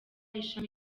ishami